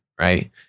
right